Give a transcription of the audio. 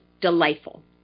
delightful